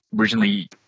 originally